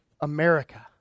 America